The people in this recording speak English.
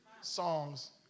songs